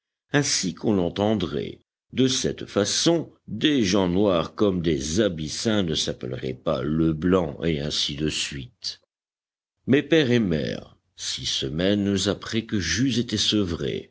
ainsi qu'on l'entendrait de cette façon des gens noirs comme des abyssins ne s'appelleraient pas leblanc et ainsi de suite mes père et mère six semaines après que j'eus été sevré